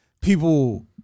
people